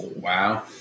Wow